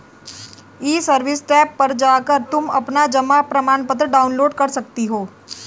ई service tab पर जाकर तुम अपना जमा प्रमाणपत्र डाउनलोड कर सकती हो